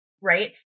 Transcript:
right